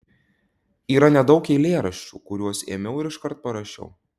yra nedaug eilėraščių kuriuos ėmiau ir iškart parašiau